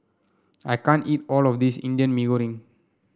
I can't eat all of this Indian Mee Goreng